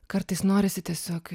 kartais norisi tiesiog